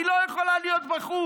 היא לא יכולה להיות בחוג.